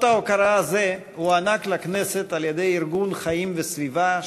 אות ההוקרה הזה הוענק לכנסת על-ידי ארגון "חיים וסביבה",